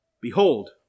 Behold